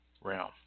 realm